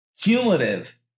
cumulative